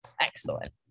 Excellent